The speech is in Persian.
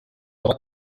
لغات